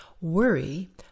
Worry